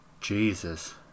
Jesus